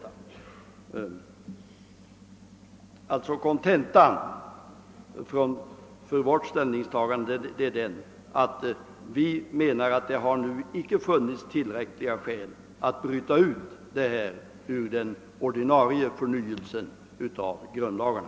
Huvudskälet för vårt ställningstagande är att det inte funnits tillräckliga skäl för att bryta ut detta ärende ur det större sammanhanget: en förnyelse av grundlagarna.